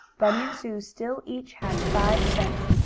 bunny and sue still each had five cents,